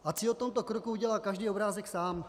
Ať si o tomto kroku udělá každý obrázek sám.